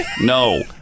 No